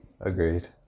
agreed